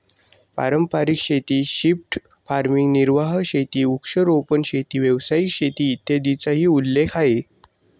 पारंपारिक शेती, shift farming, निर्वाह शेती, वृक्षारोपण शेती, व्यावसायिक शेती, इत्यादींचाही उल्लेख आहे